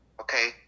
Okay